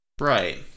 Right